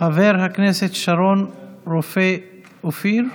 חבר הכנסת שרון רופא אופיר,